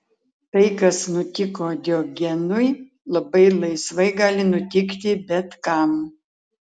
tai kas nutiko diogenui labai laisvai gali nutikti bet kam